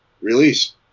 release